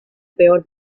peor